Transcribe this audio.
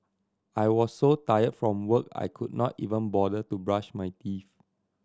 I was so tired from work I could not even bother to brush my teeth